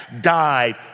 died